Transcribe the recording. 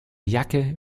jacke